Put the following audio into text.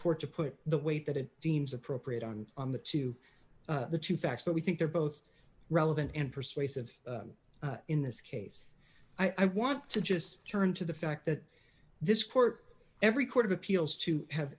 court to put the weight that it deems appropriate on on the two the two facts that we think they're both relevant and persuasive in this case i want to just turn to the fact that this court every court of appeals to have